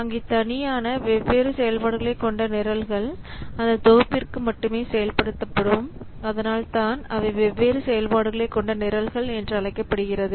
அங்கே தனியான வெவ்வேறு செயல்பாடுகளை கொண்ட நிரல்கள் அந்த தொகுப்பிற்கு மட்டுமே செயல்படுத்தப்படும் அதனால்தான் அவை வெவ்வேறு செயல்பாடுகளை கொண்ட நிரல்கள் என்று அழைக்கப்படுகிறது